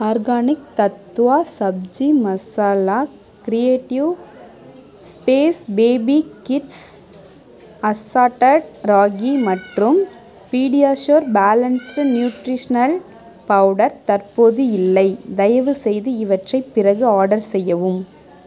organic Tattva sabzi masala creative space baby kids assorted ragi மற்றும் PediaSure balanced nutritional powder தற்போது இல்லை தயவுசெய்து இவற்றை பிறகு ஆர்டர் செய்யவும்